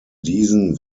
diesen